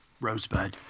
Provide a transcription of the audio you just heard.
Rosebud